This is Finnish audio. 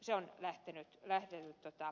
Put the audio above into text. se on lähtenyt eteenpäin